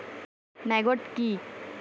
Maggot কি?